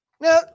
Now